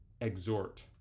exhort